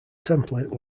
template